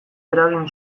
eragin